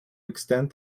extend